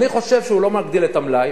אני חושב שהוא לא מגדיל את המלאי,